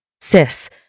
sis